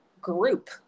group